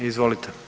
Izvolite.